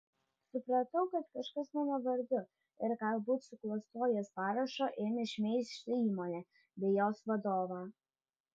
supratau kad kažkas mano vardu ir galbūt suklastojęs parašą ėmė šmeižti įmonę bei jos vadovą